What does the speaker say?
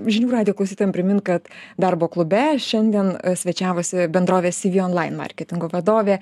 žinių radijo klausytojam primint kad darbo klube šiandien svečiavosi bendrovės cv online marketingo vadovė